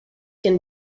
can